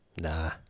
Nah